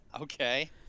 Okay